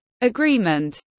Agreement